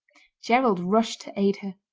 gerald rushed to aid her,